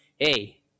hey